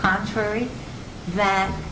contrary tha